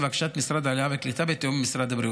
לבקשת משרד העלייה והקליטה בתיאום עם משרד הבריאות.